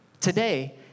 today